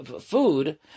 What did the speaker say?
food